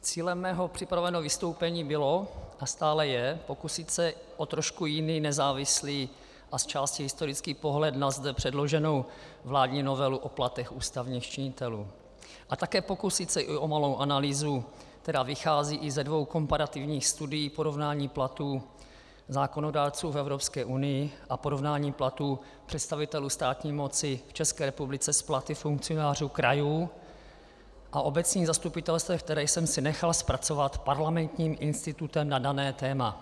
Cílem mého připraveného vystoupení bylo a stále je pokusit se o trošku jiný, nezávislý a zčásti historický pohled na zde předloženou vládní novelu o platech ústavních činitelů a také se pokusit i o malou analýzu, která vychází i ze dvou komparativních studií porovnání platů zákonodárců v Evropské unii a porovnání platů představitelů státní moci v České republice s platy funkcionářů krajů a obecních zastupitelstev, které jsem si nechal zpracovat Parlamentním institutem na dané téma.